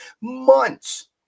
Months